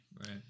Right